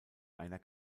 einer